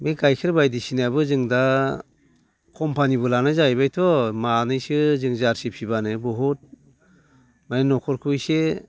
बे गाइखेर बायदिसिनायाबो जों दा कम्फानिबो लानाय जाहैबायथ' मानैसो जों जारसि फिसिबानो बहुद माने न'खरखौ इसे